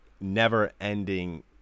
never-ending